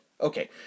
okay